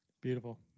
Beautiful